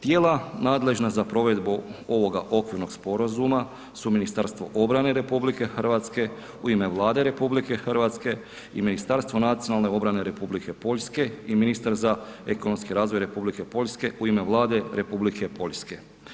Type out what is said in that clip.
Tijela nadležna za provedbu ovoga okvirnog sporazuma su Ministarstvo obrane RH u ime Vlade RH i Ministarstvo nacionalne obrane Republike Poljske i ministar za ekonomski razvoj Republike Poljske u ime Vlade Republike Poljske.